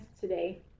today